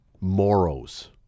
Moros